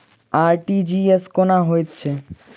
RTGS कोना होइत छै?